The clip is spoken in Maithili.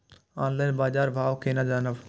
ऑनलाईन बाजार भाव केना जानब?